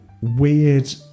weird